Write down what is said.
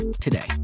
today